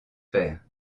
faire